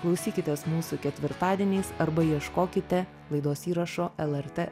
klausykitės mūsų ketvirtadieniais arba ieškokite laidos įrašo lrt